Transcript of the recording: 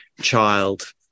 child